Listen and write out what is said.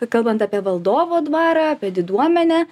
kalbant apie valdovo dvarą apie diduomenę